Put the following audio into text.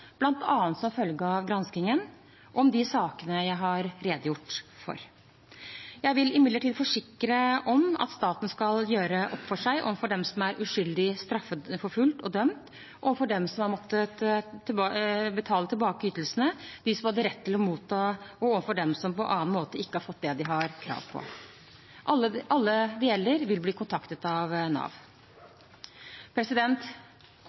som følge av granskingen – om de sakene jeg har redegjort for. Jeg vil imidlertid forsikre om at staten skal gjøre opp for seg overfor dem som er uskyldig straffeforfulgt og dømt, overfor dem som har måttet betale tilbake ytelser de hadde rett til å motta, og overfor dem som på annen måte ikke har fått det de har krav på. Alle det gjelder, vil bli kontaktet av Nav.